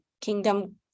Kingdom